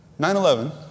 9-11